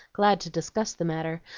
glad to discuss the matter,